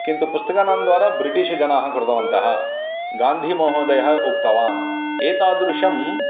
किन्तु पुस्तकानां द्वारा ब्रिटिश जनाः कृतवन्तः गान्धीमहोदयः उक्तवान् एतादृशम्